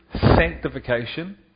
sanctification